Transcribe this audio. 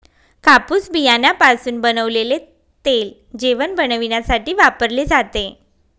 कापूस बियाण्यापासून बनवलेले तेल जेवण बनविण्यासाठी वापरले जाते